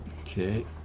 okay